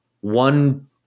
one